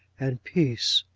and peace,